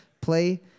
play